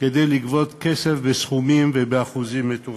כדי לגבות כסף בסכומים ובאחוזים מטורפים.